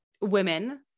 women